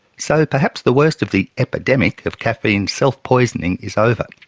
so perhaps the worst of the epidemic of caffeine self-poisoning is over,